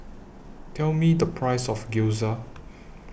Tell Me The Price of Gyoza